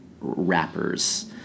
rappers